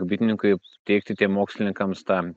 bitininkui teikti tiem mokslininkams tą